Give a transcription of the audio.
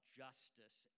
justice